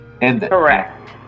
Correct